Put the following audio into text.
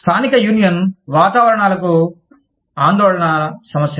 స్థానిక యూనియన్ వాతావరణాలకు ఆందోళన సమస్యలు